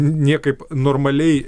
niekaip normaliai